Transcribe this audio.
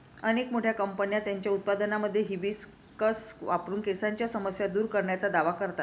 अनेक मोठ्या कंपन्या त्यांच्या उत्पादनांमध्ये हिबिस्कस वापरून केसांच्या समस्या दूर करण्याचा दावा करतात